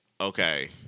Okay